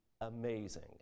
amazing